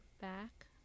back